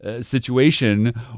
situation